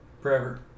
Forever